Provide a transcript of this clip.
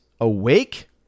awake